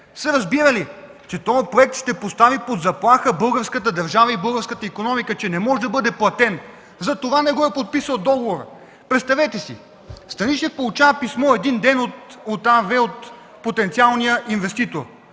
са разбирали, че този проект ще постави под заплаха българската държава и българската икономика, защото не може да бъде платен. Затова не е подписал договора. Представете си, Станишев получава един ден писмо от потенциалния инвеститор